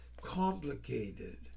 complicated